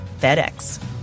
FedEx